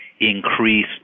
increase